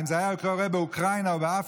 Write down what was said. אם מה שהיה פה היום היה קורה באוקראינה או באפריקה,